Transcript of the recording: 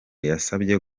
yasabye